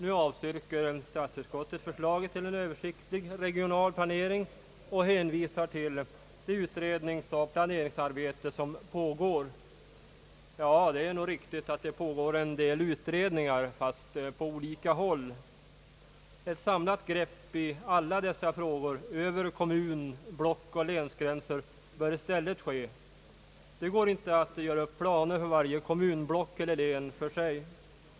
Utskottet avstyrker förslaget till en översiktlig regional planering och hänvisar till det utredningsoch planeringsarbete som pågår. Ja, det är nog riktigt att det pågår en del utredningar, fast på olika håll. Ett samlat grepp på alla dessa frågor, över kommun-, blockoch länsgränser, bör i stället ske. Det går inte att göra upp planer för varje kommunblock eller län för sig.